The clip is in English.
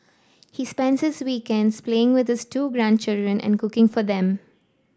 he spends his weekends playing with this two grandchildren and cooking for them